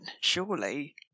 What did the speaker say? surely